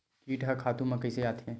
कीट ह खातु म कइसे आथे?